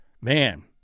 man